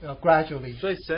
gradually